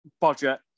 budget